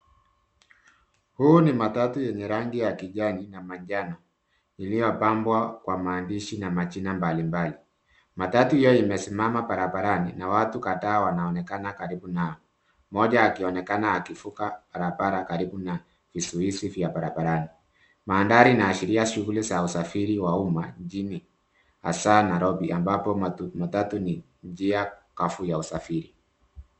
Huu ni matatu yenye rangi ya kijani na manjano iliyopambwa kwa maandishi na majina mbalimbali. Matatu hiyo imesimama barabarani na watu kadhaa wanaonekana karibu nayo. Mmoja akionekana akivuka barabara karibu na vizuizi vya barabarani. Mandhari inaashiria shughuli za usafiri wa umma mjini hasa Nairobi ambapo matatu ni njia kavu ya usafiri.